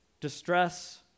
distress